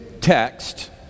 text